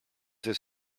there